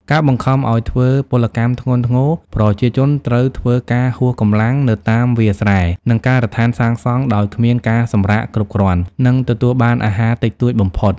ការបង្ខំឲ្យធ្វើពលកម្មធ្ងន់ធ្ងរ ប្រជាជនត្រូវធ្វើការហួសកម្លាំងនៅតាមវាលស្រែ និងការដ្ឋានសាងសង់ដោយគ្មានការសម្រាកគ្រប់គ្រាន់ និងទទួលបានអាហារតិចតួចបំផុត។